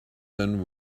than